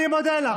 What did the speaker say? אני מודה לך.